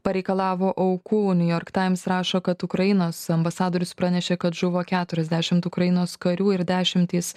pareikalavo aukų new york times rašo kad ukrainos ambasadorius pranešė kad žuvo keturiasdešim ukrainos karių ir dešimtys